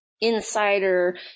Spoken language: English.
Insider